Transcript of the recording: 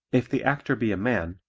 if the actor be a man,